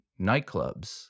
nightclubs